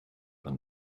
than